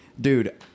Dude